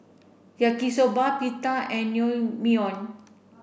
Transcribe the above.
Yaki Soba Pita and Naengmyeon